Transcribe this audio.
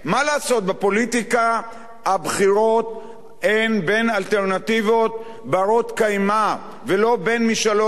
בפוליטיקה הבחירות הן בין אלטרנטיבות בנות קיימא ולא בין משאלות לב.